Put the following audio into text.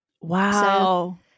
Wow